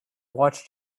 watched